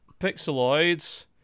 Pixeloids